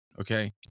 Okay